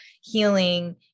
healing